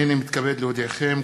הנני מתכבד להודיעכם,